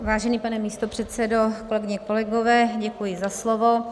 Vážený pane místopředsedo, kolegyně, kolegové, děkuji za slovo.